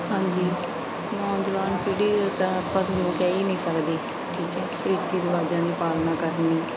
ਹਾਂਜੀ ਨੌਜਵਾਨ ਪੀੜ੍ਹੀ ਨੂੰ ਤਾਂ ਆਪਾਂ ਤੁਹਾਨੂੰ ਕਹਿ ਹੀ ਨਹੀਂ ਸਕਦੇ ਠੀਕ ਹੈ ਰੀਤੀ ਰਿਵਾਜਾਂ ਦੀ ਪਾਲਣਾ ਕਰਨੀ